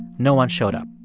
no one showed up.